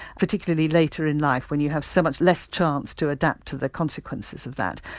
particularly later in life when you have so much less chance to adapt to the consequences of that,